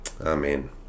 Amen